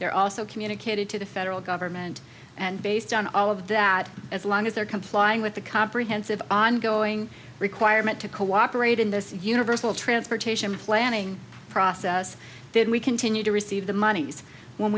they're also communicated to the federal government and based on all of that as long as they're complying with the comprehensive ongoing requirement to cooperate in this universal transportation planning process then we continue to receive the monies when